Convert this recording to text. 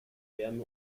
wärme